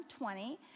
20